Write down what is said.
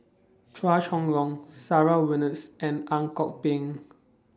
Chua Chong Long Sarah Winstedt and Ang Kok Peng